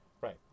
right